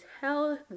tell